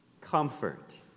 Comfort